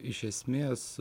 iš esmės